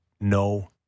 no